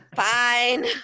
Fine